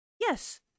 Yes